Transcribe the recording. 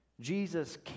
Jesus